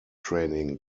training